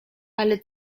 ale